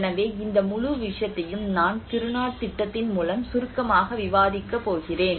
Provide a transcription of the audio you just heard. எனவே இந்த முழு விஷயத்தையும் நான் கிருணா திட்டத்தின் மூலம் சுருக்கமாக விவாதிக்க போகிறேன்